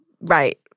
Right